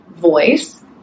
voice